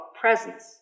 presence